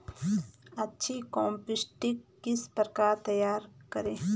अच्छी कम्पोस्ट किस प्रकार तैयार करें?